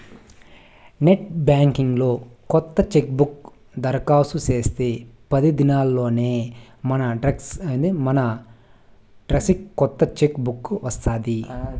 net banking లో కొత్త chequebook దరకాస్తు చేస్తే పది దినాల్లోనే మనడ్రస్కి కొత్త చెక్ బుక్ వస్తాది